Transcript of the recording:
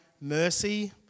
mercy